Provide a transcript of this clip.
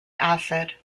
acid